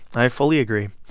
i fully agree.